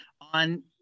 on